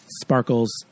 sparkles